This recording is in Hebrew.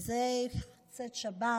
מדי צאת שבת